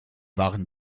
waren